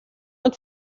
und